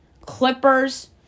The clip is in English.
Clippers